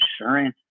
insurance